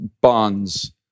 bonds